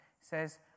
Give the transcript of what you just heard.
says